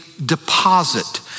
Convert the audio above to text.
deposit